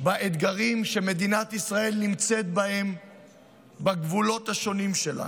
באתגרים שמדינת ישראל נמצאת בהם בגבולות השונים שלנו.